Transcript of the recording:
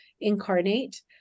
incarnate